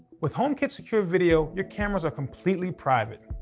with homekit secure video your cameras are completely private.